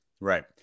Right